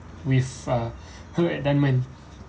with uh